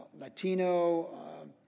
Latino